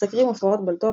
מסקרים הופעות בולטות,